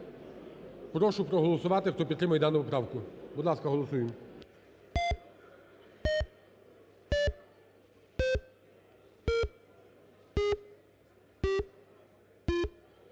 Прошу проголосувати, хто підтримує дану поправку. Будь ласка, голосуємо.